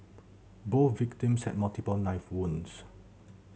both victims had multiple knife wounds